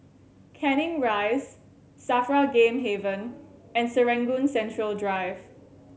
Canning Rise SAFRA Game Haven and Serangoon Central Drive